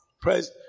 Praise